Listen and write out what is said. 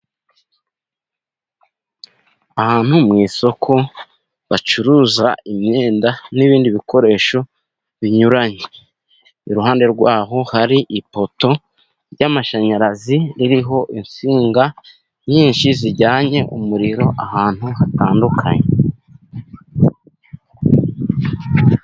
Ahantu mu isoko bacuruza imyenda, n'ibindi bikoresho binyuranye, iruhande rwaho hari ipoto y'amashanyarazi, iriho insinga nyinshi zijyanye, umuriro ahantu hatandukanye.